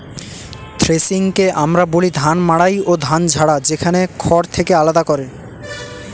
থ্রেশিংকে আমরা বলি ধান মাড়াই ও ধান ঝাড়া, যেখানে খড় থেকে আলাদা করে